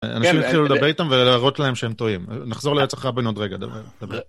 אנשים התחילו לדבר איתם ולהראות להם שהם טועים, נחזור לרצח רבין עוד רגע, דבר דבר.